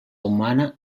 humana